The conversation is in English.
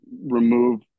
remove